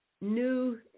new